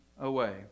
away